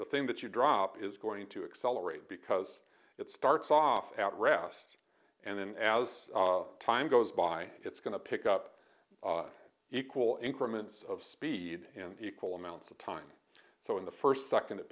the thing that you drop is going to accelerate because it starts off at rest and then as time goes by it's going to pick up equal increments of speed in equal amounts of time so in the first second it